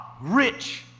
rich